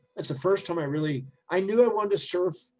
that's the first time i really, i knew i wanted to surf.